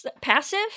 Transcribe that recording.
passive